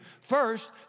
first